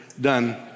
done